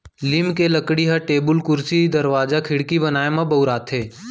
लीम के लकड़ी ह टेबुल, कुरसी, दरवाजा, खिड़की बनाए म बउराथे